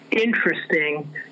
interesting